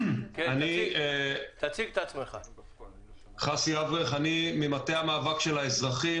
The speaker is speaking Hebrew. אני חסי אברך ממטה המאבק של האזרחים,